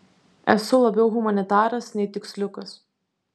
esu labiau humanitaras nei tiksliukas